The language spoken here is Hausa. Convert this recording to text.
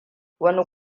wani